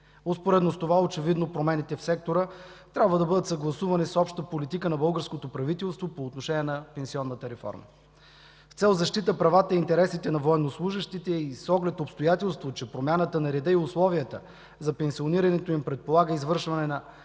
Успоредно с това очевидно промените в сектора трябва да бъдат съгласувани с обща политика на българското правителство по отношение на пенсионната реформа. С цел защита правата и интересите на военнослужещите и с оглед обстоятелството, че промяната на реда и условията за пенсионирането им, предполага извършване на